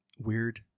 weird